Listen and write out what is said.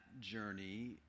journey